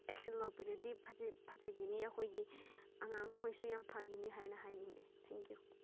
action ꯂꯧꯕꯤꯔꯗꯤ ꯐꯖꯒꯅꯤ ꯑꯩꯈꯣꯏꯒꯤ ꯑꯉꯥꯡꯈꯣꯏꯁꯨ ꯌꯥꯝ ꯐꯒꯅꯤ ꯍꯥꯏꯅ ꯍꯥꯏꯅꯤꯡꯉꯦ ꯊꯦꯡꯛ ꯌꯨ